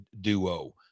duo